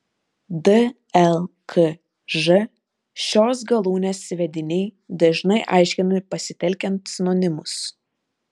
dlkž šios galūnės vediniai dažnai aiškinami pasitelkiant sinonimus